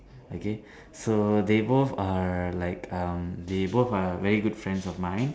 okay so they both are like um they both are very good friends of mine